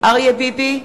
אריה ביבי,